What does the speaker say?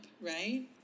right